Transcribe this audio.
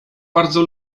bardzo